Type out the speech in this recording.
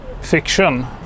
fiction